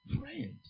Friend